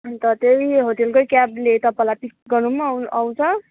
अन्त त्यही होटलकै क्याबले तपाईँलाई पिक गर्नु पनि अउ आउँछ